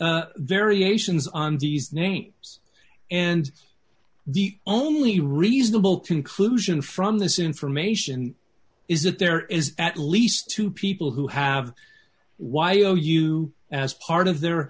and variations on these names and the only reasonable conclusion from this information is that there is at least two people who have y o u as part of their